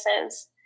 services